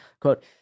quote